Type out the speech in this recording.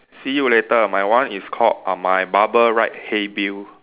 see you later my one is called my barber right hey Bill